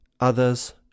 others